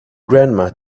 grandma